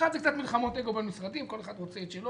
אחת מלחמות אגו במשרדים, כל אחד רוצה את שלו.